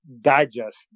digest